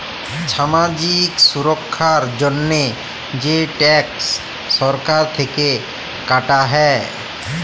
ছামাজিক ছুরক্ষার জন্হে যে ট্যাক্স সরকার থেক্যে কাটা হ্যয়